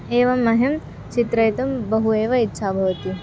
एवं मह्यं चित्रयितुं बहु एव इच्छा भवति